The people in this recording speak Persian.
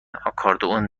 آکاردئون